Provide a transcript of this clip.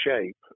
shape